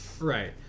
Right